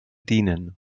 dienen